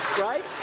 right